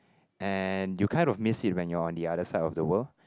and you kind of miss it when you're on the other side of the world